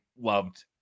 loved